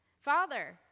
Father